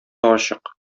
ачык